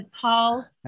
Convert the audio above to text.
Paul